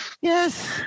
Yes